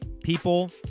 people